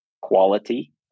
Quality